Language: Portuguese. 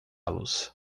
los